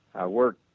i worked